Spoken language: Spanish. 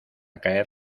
caer